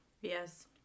Yes